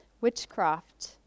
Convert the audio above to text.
witchcraft